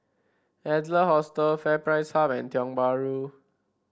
Adler Hostel FairPrice Hub and Tiong Bahru